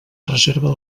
reserva